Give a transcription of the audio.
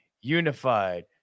unified